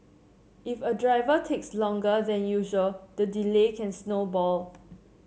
if a driver takes longer than usual the delay can snowball